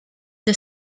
the